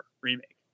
remake